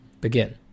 Begin